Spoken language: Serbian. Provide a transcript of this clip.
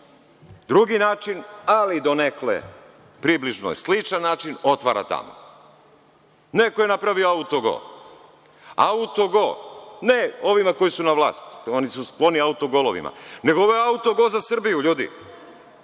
drugi način, ali donekle približno je sličan način otvara tamo. Neko je napravio autogol, autogol ne ovima koji su na vlasti, oni su skloni autogolovima, nego ovo je autogol za Srbiju ljudi.